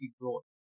brought